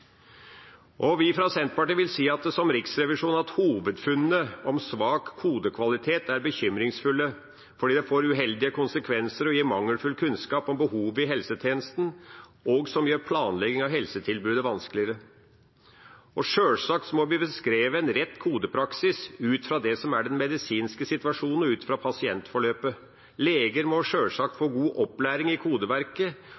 Vi fra Senterpartiet vil si, som Riksrevisjonen, at hovedfunnene om svak kodekvalitet er bekymringsfulle fordi det får uheldige konsekvenser og gir mangelfull kunnskap om behovet i helsetjenesten og gjør planlegging av helsetilbudet vanskeligere. Sjølsagt må vi bestrebe oss på en rett kodepraksis ut fra det som er den medisinske situasjonen og ut fra pasientforløpet. Leger må sjølsagt